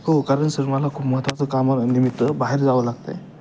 हो कारण सर मला खू महत्त्वाचं कामानिमित्त बाहेर जावं लागतं आहे